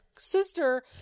Sister